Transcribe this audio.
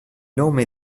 nome